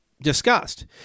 discussed